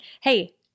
Hey